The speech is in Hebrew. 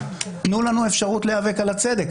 תנו לנו אפשרות להיאבק על הצדק.